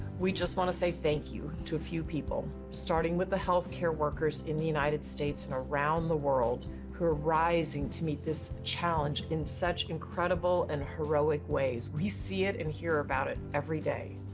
we just want to say thank you to a few people, starting with the health care workers in the united states and around the world who are rising to meet this challenge in such incredible and heroic ways. we see it and hear about it every day.